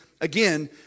Again